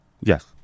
Yes